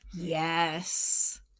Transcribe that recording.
Yes